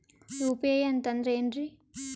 UPI ಅಂತಂದ್ರೆ ಏನ್ರೀ?